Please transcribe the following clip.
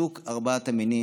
שוק ארבעת המינים,